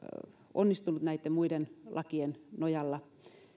onnistunut näitten muiden lakien nojalla